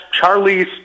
Charlie's